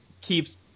keeps